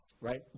right